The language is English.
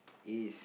is